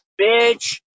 bitch